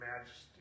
majesty